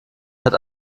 hat